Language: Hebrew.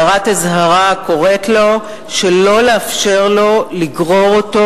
הערת אזהרה הקוראת לו שלא לאפשר לו לגרור אותו